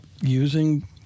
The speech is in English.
using